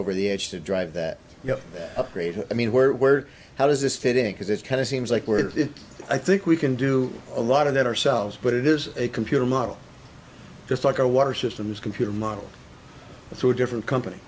over the edge to drive that you know upgrade i mean where where how does this fit in because it's kind of seems like where i think we can do a lot of that ourselves but it is a computer model just like our water systems computer model through a different company